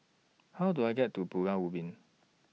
How Do I get to Pulau Ubin